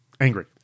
Angry